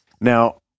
Now